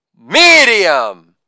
Medium